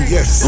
Yes